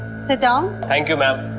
sit down. thank you, ma'am.